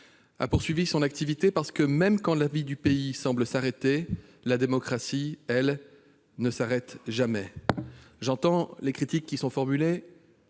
a poursuivi son activité, parce que, même quand la vie du pays semble s'arrêter, la démocratie, elle, ne s'arrête jamais. J'entends vos critiques sur les